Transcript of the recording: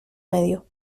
medio